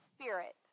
spirit